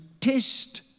test